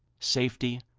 safety,